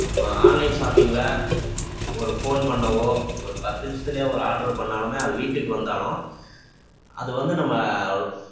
அப்புறம் ஆன்லைன் ஷாப்பிங்கில் ஒரு ஃபோன் பண்ணவோ ஒரு பத்து நிமிஷத்தில் ஒரு ஆட்ரு பண்ணிணாலுமே அது வீட்டுக்கு வந்தாலும் அது வந்து நம்ம